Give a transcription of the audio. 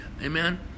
Amen